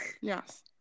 Yes